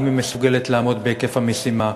האם היא מסוגלת לעמוד בהיקף המשימה?